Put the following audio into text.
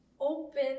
open